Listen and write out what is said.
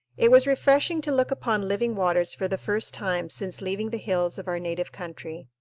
it was refreshing to look upon living waters for the first time since leaving the hills of our native country.